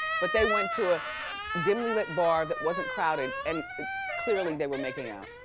but they went to a dimly lit bar that wasn't crowded, and clearly they were making out.